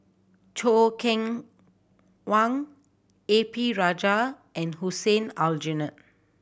Choo Keng Kwang A P Rajah and Hussein Aljunied